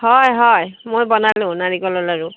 হয় হয় মই বনালোঁ নাৰিকলৰ লাৰু